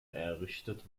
errichtet